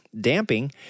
damping